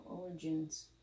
origins